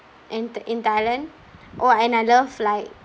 and th~ in thailand oh and I love like